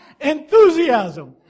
Enthusiasm